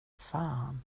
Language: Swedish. fan